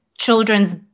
children's